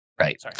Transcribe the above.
right